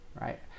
right